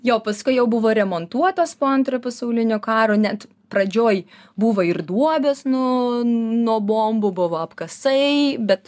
jo paskui jau buvo remontuotas po antro pasaulinio karo net pradžioj buvo ir duobės nu nuo bombų buvo apkasai bet